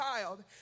child